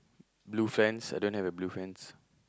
blue fence I don't have a blue fence